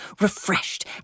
Refreshed